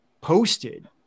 posted